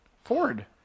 Ford